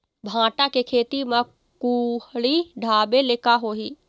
भांटा के खेती म कुहड़ी ढाबे ले का होही?